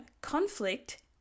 conflict